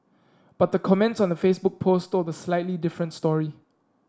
but the comments on the Facebook post told a slightly different story